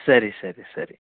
ಸರಿ ಸರಿ ಸರಿ